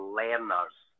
learners